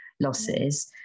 losses